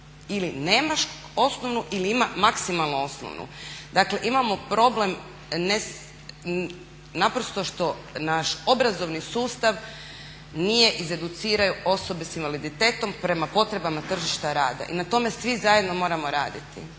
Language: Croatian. ili nema osnovnu ili ima maksimalno osnovnu. Dakle imamo problem naprosto što naš obrazovni sustav nije izeducirao osobe s invaliditetom prema potrebama tržišta rada i na tome svi zajedno moramo raditi.